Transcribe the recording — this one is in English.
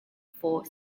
for